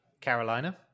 Carolina